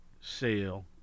sale